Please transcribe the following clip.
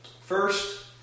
First